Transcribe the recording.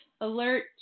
alert